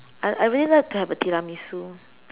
I I really like to have a tiramisu